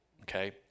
okay